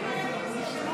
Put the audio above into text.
אדוני היושב-ראש,